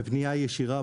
בפנייה ישירה,